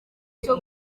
cyo